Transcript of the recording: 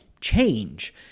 change